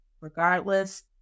Regardless